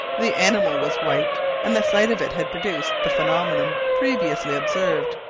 the animal was white, and the sight of it had produced the phenomenon previously observed,